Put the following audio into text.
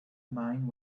mind